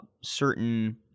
certain